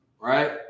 Right